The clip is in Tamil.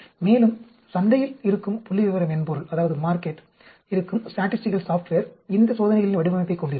மேலும் சந்தையில் இருக்கும் புள்ளிவிவர மென்பொருளும் இந்த சோதனைகளின் வடிவமைப்பை கொண்டிருக்கும்